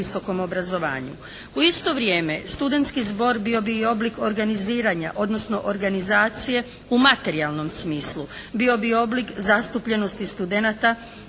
U isto vrijeme studentski zbor bio bi i oblik organiziranja odnosno organizacije u materijalnom smislu. Bio bi oblik zastupljenosti studenata